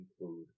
include